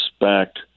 respect